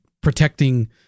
protecting